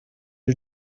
are